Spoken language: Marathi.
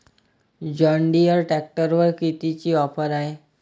जॉनडीयर ट्रॅक्टरवर कितीची ऑफर हाये?